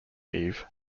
eve